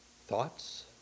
Thoughts